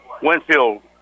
Winfield